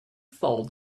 fold